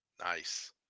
nice